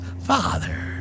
father